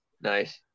Nice